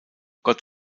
gott